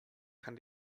kann